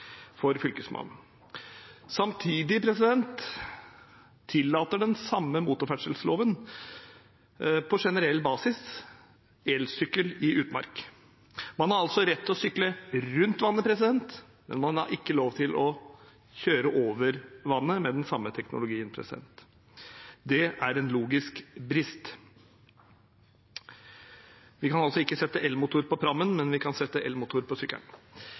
for Fylkesmannen. Samtidig tillater den samme motorferdselloven på generell basis elsykkel i utmark. Man har altså rett til å sykle rundt vannet, men man har ikke lov til å kjøre over vannet med den samme teknologien. Det er en logisk brist. Vi kan altså ikke sette elmotor på prammen, men vi kan sette elmotor på sykkelen.